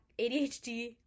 ADHD